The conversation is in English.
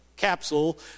capsule